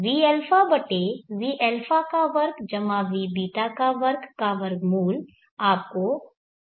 vα√vα2 vß2 आपको कोण ρ देगा